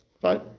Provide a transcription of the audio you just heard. fine